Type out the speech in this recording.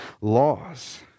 laws